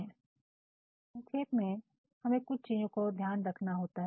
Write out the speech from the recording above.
Refer Slide Time 0207 तो संक्षेप में हमें कुछ चीजों का ध्यान रखना होता है